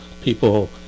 people